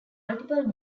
multiple